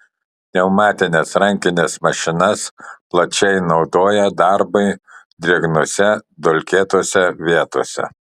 pneumatines rankines mašinas plačiai naudoja darbui drėgnose dulkėtose vietose